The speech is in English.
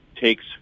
takes